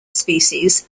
species